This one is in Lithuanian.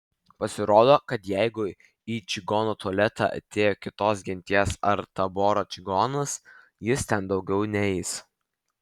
pasirodo kad jeigu į čigono tualetą atėjo kitos genties ar taboro čigonas jis ten daugiau neeis